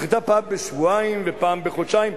נדחתה פעם בשבועיים ופעם בחודשיים.